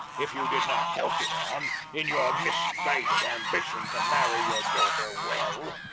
if you did not help it on in your misguided ambition to marry your daughter well.